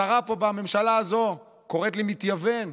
שרה פה בממשלה הזו קוראת לי מתייוון,